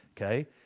Okay